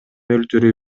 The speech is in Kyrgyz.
өлтүрүү